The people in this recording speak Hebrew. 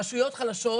רשויות חלשות,